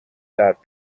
درد